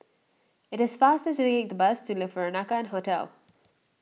it is faster to take the bus to Le Peranakan Hotel